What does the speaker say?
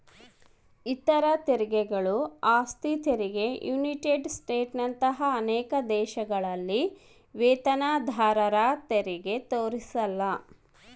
ಇತರ ತೆರಿಗೆಗಳು ಆಸ್ತಿ ತೆರಿಗೆ ಯುನೈಟೆಡ್ ಸ್ಟೇಟ್ಸ್ನಂತ ಅನೇಕ ದೇಶಗಳಲ್ಲಿ ವೇತನದಾರರತೆರಿಗೆ ತೋರಿಸಿಲ್ಲ